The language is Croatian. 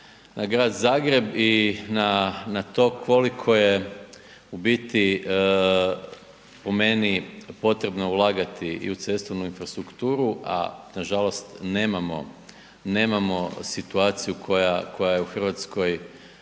na grad Zagreb i na to koliko je u biti po meni potrebno ulagati i u cestovnu infrastrukturu, a nažalost nemamo situaciju koja je u Hrvatskoj